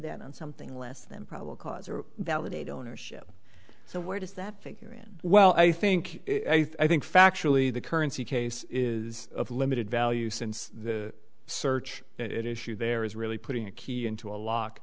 that on something less than probable cause or validate ownership so where does that figure in well i think i think factually the currency case is of limited value since the search it issued there is really putting a key into a lock